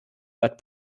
but